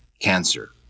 cancer